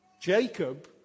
Jacob